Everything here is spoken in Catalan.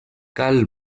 cal